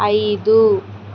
ఐదు